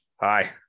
Hi